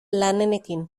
lanenekin